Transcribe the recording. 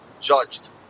judged